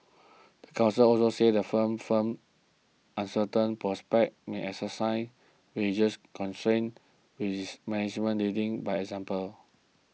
the council also said firm firm uncertain prospects may exercise wages constraint with its management leading by example